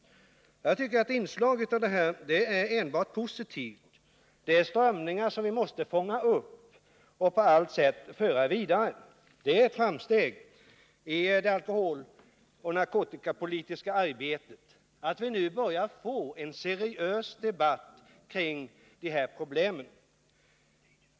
Jag tycker det är enbart positivt med inslag av den här typen. Det är strömningar som vi måste fånga upp och på allt sätt föra vidare. Det är ett framsteg i det alkoholoch narkotikapolitiska arbetet att vi nu börjar få en seriös debatt kring de här problemen.